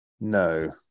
No